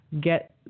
get